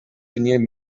tenien